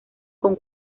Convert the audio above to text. con